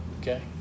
Okay